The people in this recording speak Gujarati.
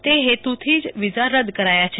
તે હતુથી જ વીઝા રદ કરાયા છે